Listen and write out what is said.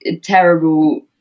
terrible